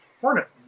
Hornet